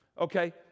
okay